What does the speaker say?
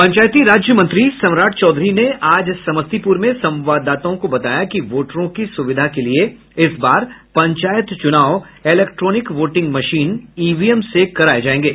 पंचायती राज मंत्री सम्राट चौधरी ने आज समस्तीपूर में संवाददाताओं को बताया कि वोटरों की सुविधा के लिये इस बार पंचायत चुनाव इलेक्ट्रोनिक वोटिंग मशीन ईवीएम से कराये जायेंगे